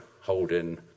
holding